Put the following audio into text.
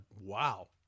wow